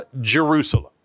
Jerusalem